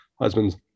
Husbands